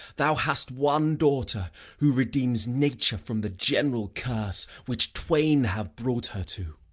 thou hast one daughter who redeems nature from the general curse which twain have brought her to.